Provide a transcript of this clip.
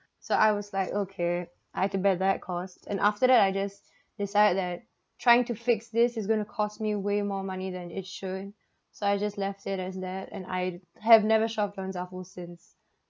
so I was like okay I can't bear that cost and after that I just decided that trying to fix this is going to cost me way more money than it should so I just left it as that and I'd have never shopped on zaful since